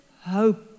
hope